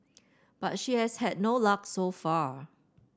but she has had no luck so far